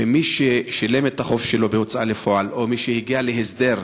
ומי ששילם את החוב שלו בהוצאה לפועל או מי שהגיע להסדר,